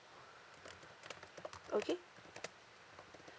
okay